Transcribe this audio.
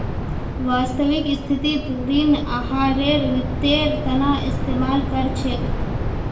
वास्तविक स्थितित ऋण आहारेर वित्तेर तना इस्तेमाल कर छेक